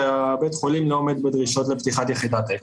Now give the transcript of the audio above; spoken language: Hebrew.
ובית החולים לא עומד בדרישות לפתיחת יחידת אקמו.